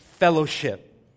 Fellowship